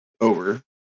over